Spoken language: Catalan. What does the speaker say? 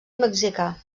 mexicà